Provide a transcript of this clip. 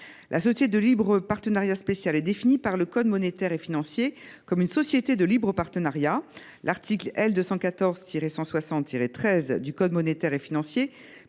La société de libre partenariat spéciale est définie par le code monétaire et financier comme une société de libre partenariat. L’article L. 214 160 13 du code monétaire et financier